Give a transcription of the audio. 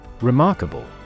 Remarkable